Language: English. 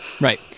Right